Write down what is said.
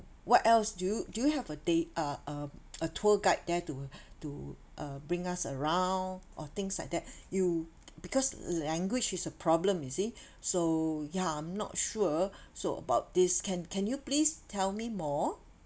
what else do you do you have a day uh uh a tour guide there to to uh bring us around or things like that you because language is a problem you see so ya I'm not sure so about this can can you please tell me more